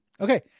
Okay